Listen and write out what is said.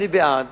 אני בעד